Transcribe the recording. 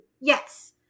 Yes